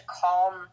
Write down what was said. calm